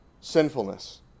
sinfulness